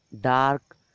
dark